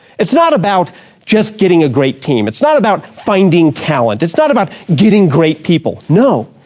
it's not about just getting a great team, it's not about finding talent, it's not about getting great people, no.